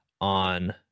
on